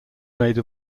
made